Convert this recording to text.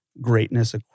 greatness